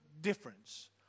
difference